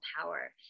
power